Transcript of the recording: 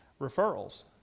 referrals